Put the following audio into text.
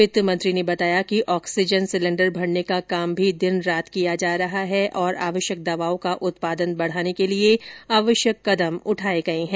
वित्त मंत्री ने बताया कि ऑक्सीजन सिलेंडर भरने का काम भी दिन रात किया जा रहा है और आवश्यक दवाओं का उत्पादन बढ़ाने के लिए आवश्यक कदम उठाए गए हैं